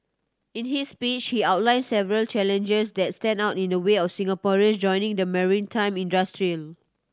in his speech he outlined several challenges that stand out in the way of Singaporeans joining the maritime industry